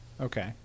okay